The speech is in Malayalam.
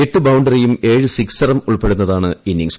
എട്ട് ബൌണ്ടറിയും ഏഴ് സിക്സും ഉൾപ്പെടുന്നതാണ് ഇന്നിട്രേ്സ്